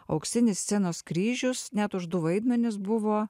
auksinis scenos kryžius net už du vaidmenis buvo